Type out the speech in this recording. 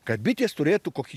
kad bitės turėtų kokį